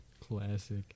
Classic